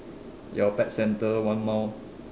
your pet center one mile